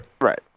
right